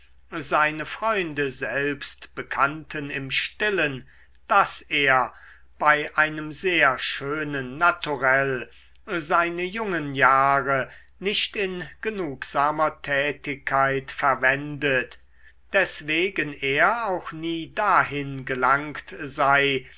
seine freunde selbst bekannten im stillen daß er bei einem sehr schönen naturell seine jungen jahre nicht in genugsamer tätigkeit verwendet deswegen er auch nie dahin gelangt sei